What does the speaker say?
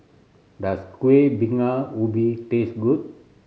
does Kueh Bingka Ubi taste good